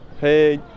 Hey